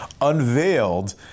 unveiled